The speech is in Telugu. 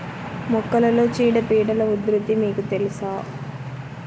మొక్కలలో చీడపీడల ఉధృతి మీకు తెలుసా?